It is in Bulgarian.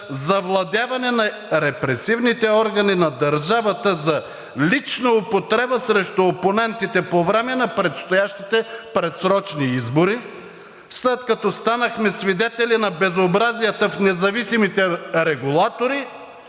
завладяване на репресивните органи на държавата за лична употреба срещу опонентите по време на предстоящите предсрочни избори, след като станахме свидетели на безобразията в независимите регулатори,